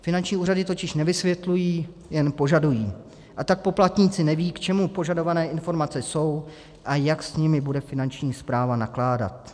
Finanční úřady totiž nevysvětlují, jen požadují, a tak poplatníci nevědí, k čemu požadované informace jsou a jak s nimi bude Finanční správa nakládat.